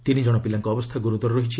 ତିନି କ୍କଣ ପିଲାଙ୍କ ଅବସ୍ଥା ଗୁରୁତର ରହିଛି